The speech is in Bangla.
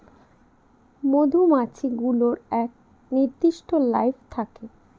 মধুমাছি গুলোর এক নির্দিষ্ট লাইফ থাকে